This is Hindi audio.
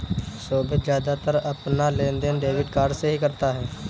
सोभित ज्यादातर अपना लेनदेन डेबिट कार्ड से ही करता है